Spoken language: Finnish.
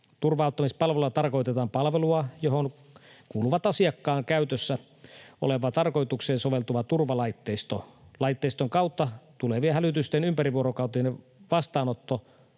Turva-auttamispalvelulla tarkoitetaan palvelua, johon kuuluvat asiakkaan käytössä oleva tarkoitukseen soveltuva turvalaitteisto, laitteiston kautta tulevien hälytysten ympärivuorokautinen vastaanotto,